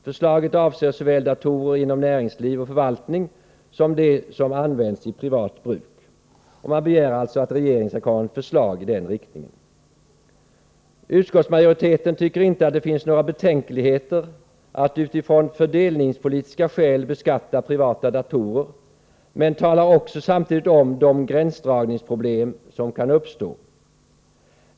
Förslaget avser såväl datorer inom näringsliv och förvaltning som de som används i privat bruk. Man begär att regeringen skall komma med ett förslag i den riktningen. Utskottsmajoriteten tycker inte att det finns några betänkligheter att utifrån fördelningspolitiska skäl beskatta privata datorer, men man talar samtidigt om de gränsdragningsproblem som kan uppstå.